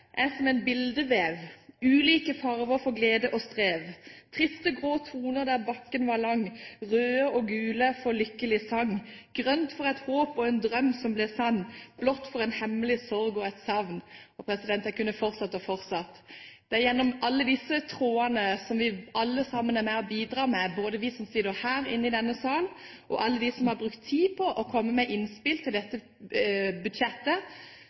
Jeg tror: «Livet er som en billedvev ulike farger for glede og strev Triste grå toner der bakken var lang røde og gule for lykkelig sang Grønt for et håp og en drøm som ble sann Blått for en hemmelig sorg og et savn» Jeg kunne fortsatt og fortsatt. Det er gjennom alle disse trådene vi alle er med og bidrar, både vi som sitter her i denne salen, og alle de som har brukt tid på å komme med innspill til dette budsjettet,